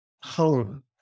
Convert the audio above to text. home